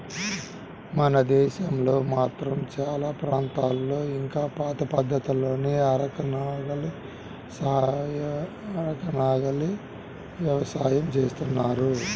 మన దేశంలో మాత్రం చానా ప్రాంతాల్లో ఇంకా పాత పద్ధతుల్లోనే అరక, నాగలి యవసాయం జేత్తన్నారు